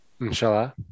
Inshallah